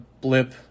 blip